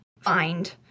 find